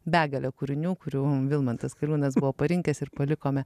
begalę kūrinių kurių vilmantas kaliūnas buvo parinkęs ir palikome